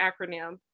acronym